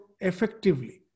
effectively